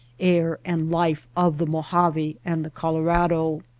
air, and life of the mojave and the colorado.